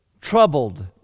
troubled